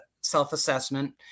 self-assessment